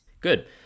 Good